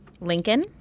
Lincoln